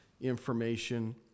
information